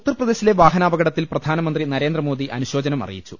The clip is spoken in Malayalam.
ഉത്തർപ്രദേശിലെ വാഹനാപകടത്തിൽ പ്രധാനമന്ത്രി നരേന്ദ്ര മോദി അനുശോചനം അറിയിച്ചു